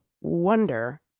wonder